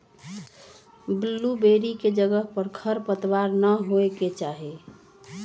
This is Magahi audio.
बुल्लुबेरी के जगह पर खरपतवार न होए के चाहि